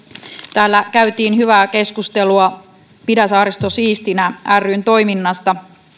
täällä käytiin hyvää keskustelua pidä saaristo siistinä ryn toiminnasta